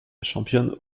championne